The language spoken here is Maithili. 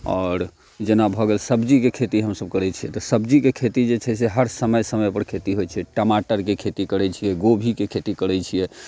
आओर जेना भऽ गेल सब्जीके खेती हमसब करैत छियै तऽ सब्जीके खेती जे छै से हर समय समय पर खेती होयत छै टमाटरके खेती करैत छियै गोभीके खेती करैत छियै